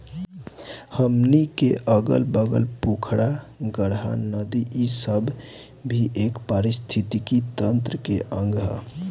हमनी के अगल बगल के पोखरा, गाड़हा, नदी इ सब भी ए पारिस्थिथितिकी तंत्र के अंग ह